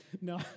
No